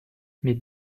mes